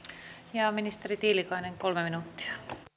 ja ministeri tiilikainen kolme minuuttia